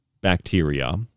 bacteria